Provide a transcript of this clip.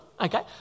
okay